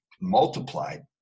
multiplied